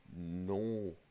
no